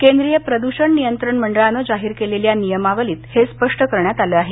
केंद्रीय प्रदूषण नियंत्रण मंडळानं जाहीर केलेल्या नियमावलीत हे स्पष्ट करण्यात आलं आहे